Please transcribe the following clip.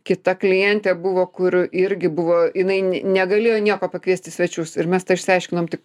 kita klientė buvo kur irgi buvo jinai negalėjo nieko pakviest į svečius ir mes tą išsiaiškinom tik